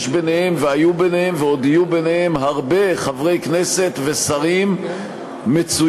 יש ביניהם והיו ביניהם ועוד יהיו ביניהם הרבה חברי כנסת ושרים מצוינים,